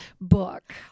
book